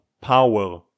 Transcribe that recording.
power